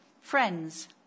Friends